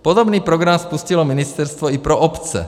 Podobný program spustilo ministerstvo i pro obce.